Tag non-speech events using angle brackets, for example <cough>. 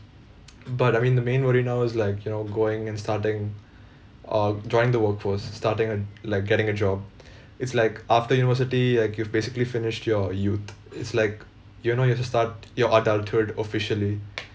<noise> but I mean the main worry now is like you know going and starting uh joining the workforce starting a n~ like getting a job it's like after university like you've basically finished your youth it's like you know you have to start your adulthood officially